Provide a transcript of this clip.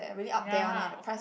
ya of course